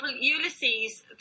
Ulysses